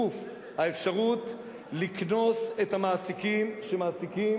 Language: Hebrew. האפשרות לקנוס את המעסיקים שמעסיקים